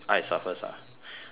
I start first ah